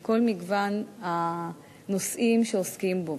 על כל מגוון הנושאים שבהם עוסקים בו.